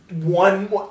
one